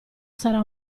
sarà